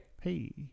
hey